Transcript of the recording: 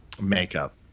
makeup